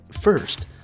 First